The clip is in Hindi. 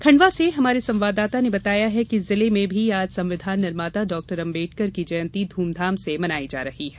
खंडवा से हमारे संवाददाता ने बताया है कि जिले में भी आज संविधान निर्माता डाक्टर अंबेडकर की जयंती धूमधाम से मनायी जा रही है